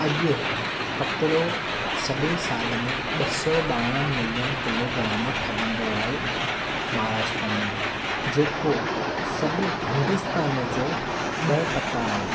अॼु कपिड़ो सॼे साल में ॿ सौ ॿारहं मिलियन किलोग्राम ठहंदो आहे महाराष्ट्र में जेको सॼे हिंदुस्तान जो ॾह टका आहे